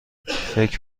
فکر